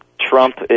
Trump